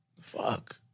fuck